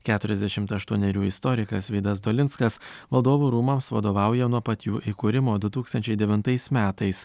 keturiasdešimt aštuonerių istorikas vydas dolinskas valdovų rūmams vadovauja nuo pat jų įkūrimo du tūkstančiai devintais metais